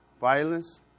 violence